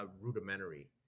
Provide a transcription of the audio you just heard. rudimentary